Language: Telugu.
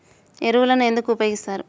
ఎరువులను ఎందుకు ఉపయోగిస్తారు?